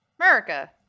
america